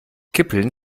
kippeln